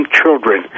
children